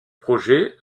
projet